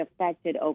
affected